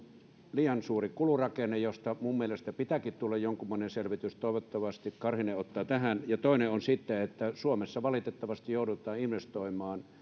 liian suuri kulurakenne josta minun mielestäni pitääkin tulla jonkunmoinen selvitys toivottavasti karhinen ottaa kantaa tähän toinen on sitten se että suomessa valitettavasti joudutaan investoimaan